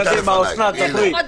קדימה, אוסנת, דברי.